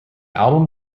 album